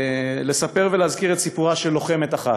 לספר ולהזכיר את סיפורה של לוחמת אחת,